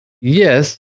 Yes